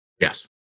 Yes